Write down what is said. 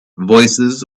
voices